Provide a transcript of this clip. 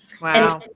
Wow